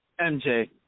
MJ